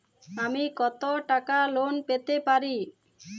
আমি কত টাকা লোন পেতে পারি?